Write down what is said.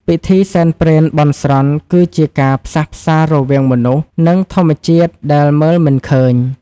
ពិធីសែនព្រេនបន់ស្រន់ គឺជាការផ្សះផ្សារវាងមនុស្ស និងធម្មជាតិដែលមើលមិនឃើញ។